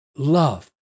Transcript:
Love